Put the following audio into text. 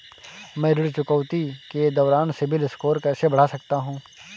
मैं ऋण चुकौती के दौरान सिबिल स्कोर कैसे बढ़ा सकता हूं?